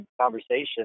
conversation